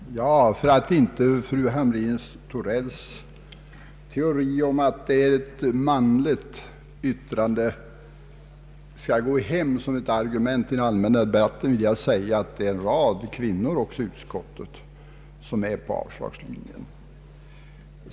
Herr talman! För att inte fru Hamrin-Thorells teori, att detta bara är ett manligt yrkande, skall gå hem i den allmänna debatten vill jag säga att det också är en rad kvinnor i utskottet som förordar avslagslinjen.